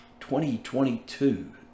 2022